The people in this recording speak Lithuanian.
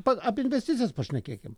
pat apie investicijas pašnekėkim